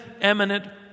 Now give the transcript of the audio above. eminent